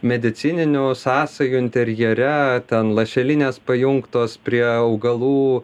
medicininių sąsajų interjere ten lašelinės pajungtos prie augalų